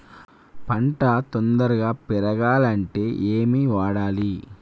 పంట తొందరగా పెరగాలంటే ఏమి వాడాలి?